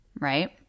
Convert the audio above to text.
right